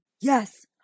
Yes